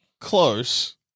close